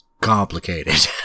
complicated